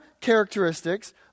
characteristics